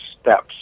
steps